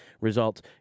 results